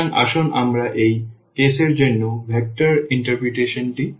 সুতরাং আসুন আমরা এই কেসের জন্য ভেক্টর ব্যাখ্যাটি খুঁজি